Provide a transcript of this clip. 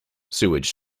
sewage